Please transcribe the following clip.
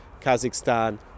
Kazakhstan